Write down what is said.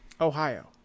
Ohio